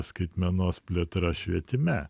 skaitmenos plėtra švietime